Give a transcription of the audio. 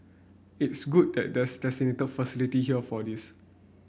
it's good that there's designated facility here for this